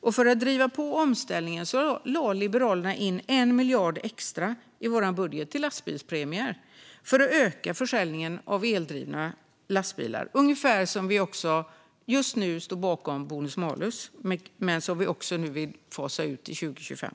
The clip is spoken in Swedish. För att driva på omställningen lade vi i Liberalerna in 1 miljard extra i vår budget till lastbilspremier för att öka försäljningen av eldrivna lastbilar. På ungefär samma sätt står vi just nu bakom bonus malus men vill fasa ut det till 2025.